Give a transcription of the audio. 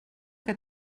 que